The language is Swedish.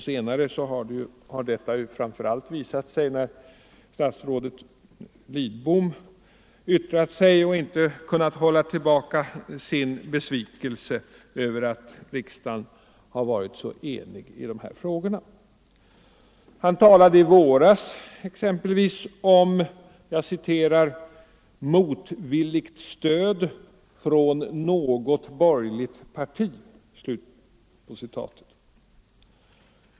Senare har detta framför allt visat sig när statsrådet Lidbom yttrat sig och inte kunnat hålla tillbaka sin besvikelse över att riksdagen har varit så enig i dessa frågor. Han talade i våras exempelvis om ” motvilligt stöd från något borgerligt parti”.